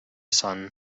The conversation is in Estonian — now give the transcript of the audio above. sun